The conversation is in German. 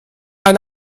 ein